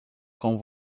com